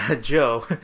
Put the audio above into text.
Joe